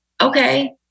okay